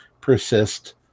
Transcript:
persist